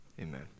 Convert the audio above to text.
Amen